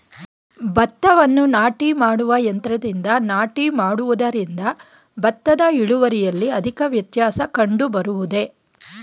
ಭತ್ತವನ್ನು ನಾಟಿ ಮಾಡುವ ಯಂತ್ರದಿಂದ ನಾಟಿ ಮಾಡುವುದರಿಂದ ಭತ್ತದ ಇಳುವರಿಯಲ್ಲಿ ಅಧಿಕ ವ್ಯತ್ಯಾಸ ಕಂಡುಬರುವುದೇ?